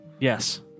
yes